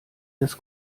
des